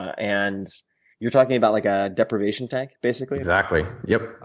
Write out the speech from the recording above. and you're talking about like a deprivation tank, basically? exactly yep.